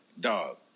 dog